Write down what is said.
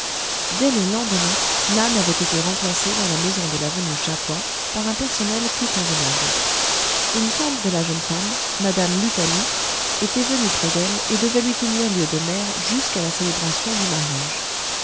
dès le lendemain nan avait été remplacée dans la maison de l'avenue cha coua par un personnel plus convenable une tante de la jeune femme mme lutalou était venue près d'elle et devait lui tenir lieu de mère jusqu'à la célébration du mariage